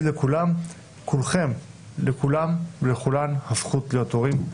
לכולם ולכולן הזכות להיות הורים.